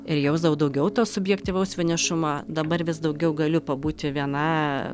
ir jausdavau daugiau to subjektyvaus vienišumo dabar vis daugiau galiu pabūti viena